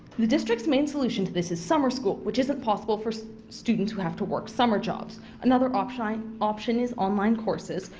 the district's main solution to this is summer school, which is impossible for students who have to work summer jobs. another option option is online courses,